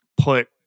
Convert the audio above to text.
put